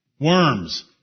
Worms